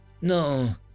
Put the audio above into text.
No